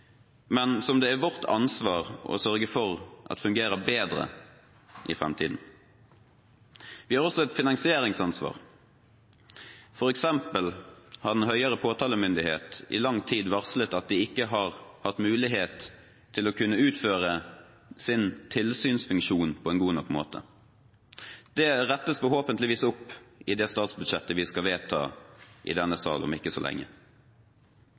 men som det er vårt ansvar å sørge for at fungerer bedre i framtiden. Vi har også et finansieringsansvar. For eksempel har den høyere påtalemyndighet i lang tid varslet at de ikke har hatt mulighet til å kunne utføre sin tilsynsfunksjon på en god nok måte. Det rettes forhåpentligvis opp i det statsbudsjettet vi skal vedta i denne sal om ikke så lenge.